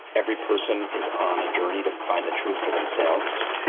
every person is on a journey to find the truth for themselves,